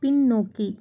பின்னோக்கி